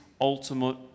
ultimate